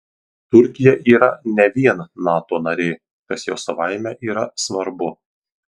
turkija yra ne vien nato narė kas jau savaime yra svarbu